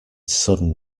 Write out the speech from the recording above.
sudden